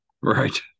Right